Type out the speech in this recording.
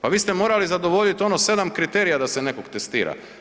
Pa vi ste morali zadovoljit ono 7 kriterija da se nekog testira.